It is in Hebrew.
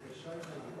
סעיפים 1 4